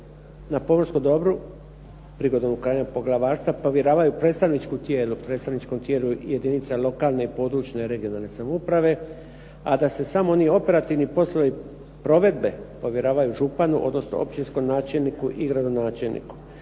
na pomorskom dobru prilikom uklanjanja poglavarstva povjeravaju predstavničkom tijelu, predstavničkom tijelu jedinica lokalne i područne regionalne samouprave, a da se samo oni operativni poslovi provedbe povjeravaju županu, odnosno općinskom načelniku i gradonačelniku.